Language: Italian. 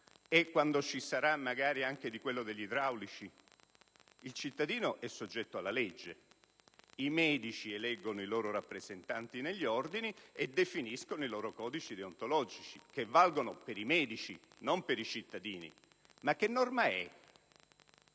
E quando ci sarà, magari, anche quello degli idraulici? Il cittadino è soggetto alla legge. I medici eleggono i loro rappresentanti negli ordini e definiscono i loro codici deontologici, che valgono per i medici, non per i cittadini. Ma che norma è